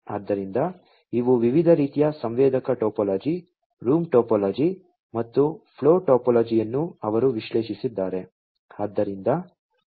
ಆದ್ದರಿಂದ ಇವು ವಿವಿಧ ರೀತಿಯ ಸಂವೇದಕ ಟೋಪೋಲಜಿ ರೂಮ್ ಟೋಪೋಲಜಿ ಮತ್ತು ಫ್ಲೋ ಟೋಪೋಲಜಿಯನ್ನು ಅವರು ವಿಶ್ಲೇಷಿಸಿದ್ದಾರೆ